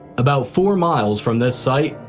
about four miles from this site,